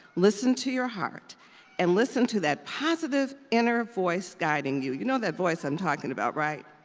listen to your heart and listen to that positive inner voice guiding you, you know that voice i'm talking about, right?